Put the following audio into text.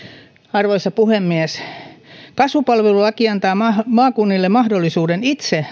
arvoisa puhemies kasvupalvelulaki antaa maakunnille mahdollisuuden itse